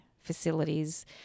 facilities